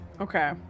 Okay